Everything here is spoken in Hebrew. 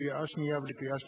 לקריאה שנייה ולקריאה שלישית,